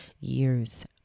years